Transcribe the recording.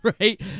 right